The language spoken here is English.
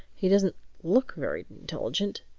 he doesn't look very intelligent,